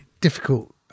difficult